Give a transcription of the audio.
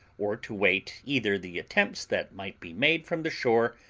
or to wait either the attempts that might be made from the shore,